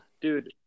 Dude